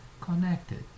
connected